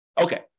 Okay